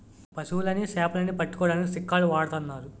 పశువులని సేపలని పట్టుకోడానికి చిక్కాలు వాడతన్నారు